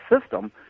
system